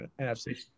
NFC